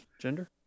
gender